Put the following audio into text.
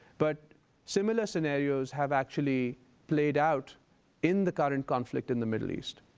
but similar scenarios have actually played out in the current conflict in the middle east.